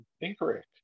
Incorrect